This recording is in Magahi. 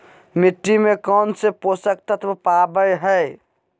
मिट्टी में कौन से पोषक तत्व पावय हैय?